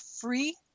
free